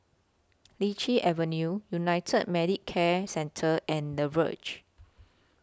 Lichi Avenue United Medicare Centre and The Verge